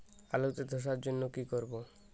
আলুতে ধসার জন্য কি করব?